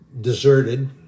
deserted